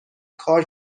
کار